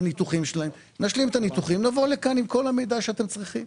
הניתוחים שלהן נבוא לכאן עם כל המידע שאתם צריכים.